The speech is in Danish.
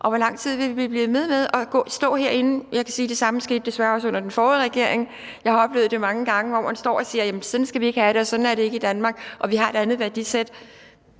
Hvor lang tid vil vi blive ved med at stå herinde og snakke? Jeg kan sige, at det samme desværre også skete under den forrige regering. Jeg har oplevet mange gange, at man står og siger, at sådan skal vi ikke have det, sådan er det ikke i Danmark, vi har et andet værdisæt;